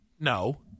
No